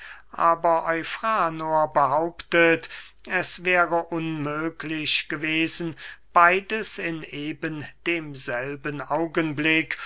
aber eufranor behauptet es wäre unmöglich gewesen beides in eben demselben augenblick